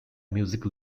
musical